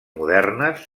modernes